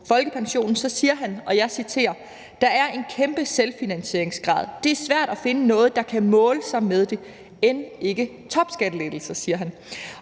folkepensionen siger – og jeg citerer: »Der er en kæmpe selvfinansieringsgrad. Det er svært at finde noget, der kan måle sig med det – end ikke topskattelettelser«.